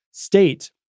State